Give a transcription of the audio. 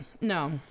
No